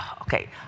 okay